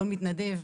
כל מתנדב,